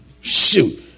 Shoot